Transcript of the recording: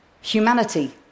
humanity